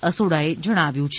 અસોડા એ જણાવ્યુ છે